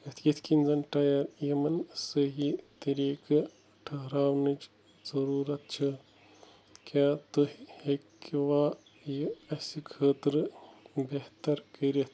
یِتھ کٔنۍ زَن ٹایَر یِمَن صحیح طریٖقہٕ ٹھہراونٕچ ضُروٗرَتھ چھِ کیٛاہ تُہۍ ہٮ۪کہِ وا یہِ اَسہِ خٲطرٕ بہتر کٔرِتھ